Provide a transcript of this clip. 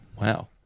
Wow